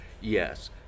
yes